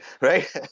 Right